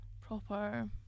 proper